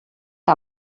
que